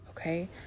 Okay